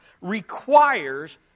requires